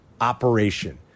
operation